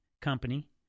company